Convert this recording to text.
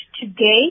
today